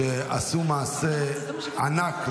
שעשו מעשה ענק,